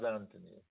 Anthony